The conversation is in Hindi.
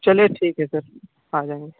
चलिए ठीक है सर आ जाएँगे